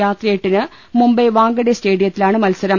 രാത്രി എട്ടിന് മുംബൈ വാങ്കഡെ സ്റ്റേഡി യത്തിലാണ് മത്സരം